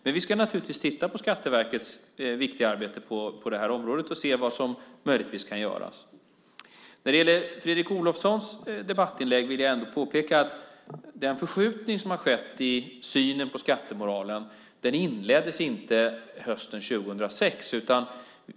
Men vi ska naturligtvis titta på Skatteverkets viktiga arbete på det här området och se vad som möjligtvis kan göras. När det gäller Fredrik Olovssons debattinlägg vill jag ändå påpeka att den förskjutning som har skett i synen på skattemoralen inte inleddes hösten 2006.